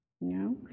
No